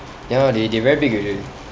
ya they they very big already